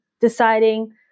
deciding